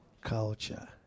Culture